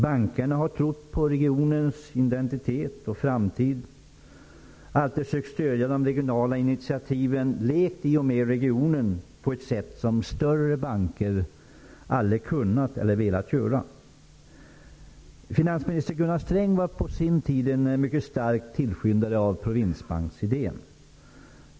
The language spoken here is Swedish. Bankerna har trott på regionens identitet och framtid och alltid sökt stödja de regionala initiativen. De har levt i regionen på ett sätt som större banker aldrig har kunnat eller velat göra. Finansminister Gunnar Sträng var på sin tid en mycket stark tillskyndare av provinsbanksidén.